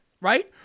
right